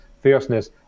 fierceness